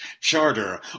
Charter